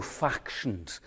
factions